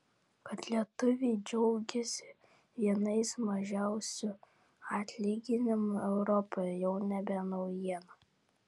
kad lietuviai džiaugiasi vienais mažiausių atlyginimų europoje jau nebe naujiena